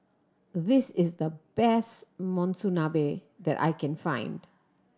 this is the best Monsunabe that I can find